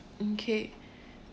mm okay